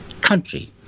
country